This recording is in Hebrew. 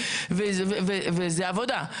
וזה עבודה,